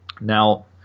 now